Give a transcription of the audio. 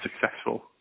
successful